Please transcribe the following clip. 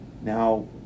now